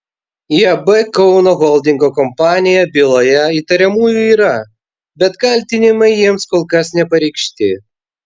iab kauno holdingo kompanija byloje įtariamųjų yra bet kaltinimai jiems kol kas nepareikšti